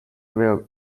well